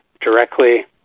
directly